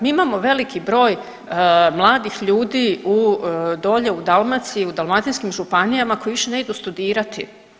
Mi imamo veliki broj mladih ljudi u, dolje, u Dalmaciji, u dalmatinskim županijama koje više ne idu studirati.